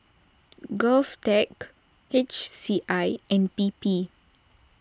Govtech H C I and P P